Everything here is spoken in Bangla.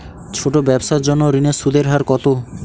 ছোট ব্যবসার জন্য ঋণের সুদের হার কত?